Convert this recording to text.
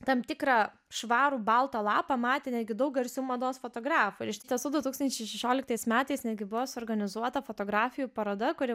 tam tikrą švarų baltą lapą matė netgi daug garsių mados fotografų ir iš tiesų du tūkstančiai šešioliktais metais netgi buvo suorganizuota fotografijų paroda kuri